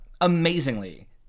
amazingly